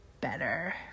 better